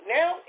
Now